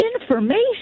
information